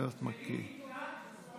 שלי נקלט?